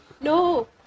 No